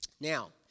Now